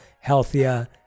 healthier